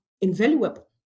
invaluable